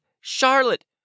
Charlotte